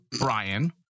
Brian